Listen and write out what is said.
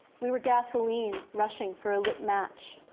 we were gasoline, rushing for a lit match.